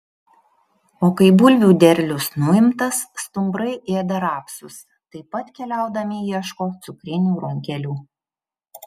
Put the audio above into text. o kai bulvių derlius nuimtas stumbrai ėda rapsus taip pat keliaudami ieško cukrinių runkelių